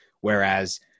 Whereas